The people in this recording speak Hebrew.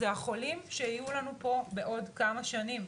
אלו החולים שיהיו לנו פה בעוד כמה שנים,